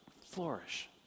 flourish